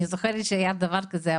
אני זוכרת שהיה דבר כזה.